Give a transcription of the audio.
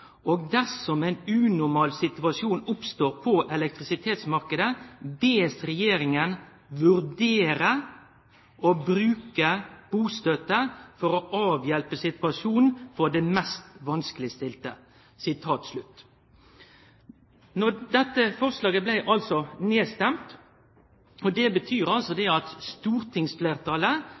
og dersom en unormal situasjon igjen oppstår på elektrisitetsmarkedet, bes regjeringen vurdere å bruke bostøtte for å avhjelpe situasjonen for de mest vanskeligstilte.» Dette forslaget blei altså nedstemt, og det betyr altså at stortingsfleirtalet sa at